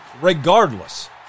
Regardless